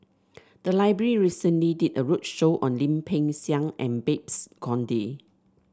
the library recently did a roadshow on Lim Peng Siang and Babes Conde